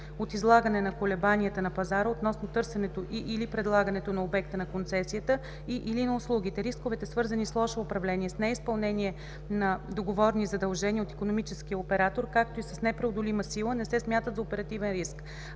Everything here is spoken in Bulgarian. от излагане на колебанията на пазара относно търсенето и/или предлагането на обекта на концесията и/или на услугите. Рисковете, свързани с лошо управление, с неизпълнение на договорни задължения от икономическия оператор, както и с непреодолима сила, не се смятат за оперативен риск.